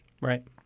Right